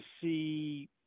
see